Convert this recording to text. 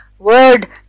Word